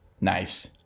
Nice